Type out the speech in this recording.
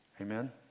Amen